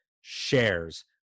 shares